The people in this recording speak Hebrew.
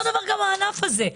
אותו דבר גם הענף הזה.